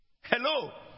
Hello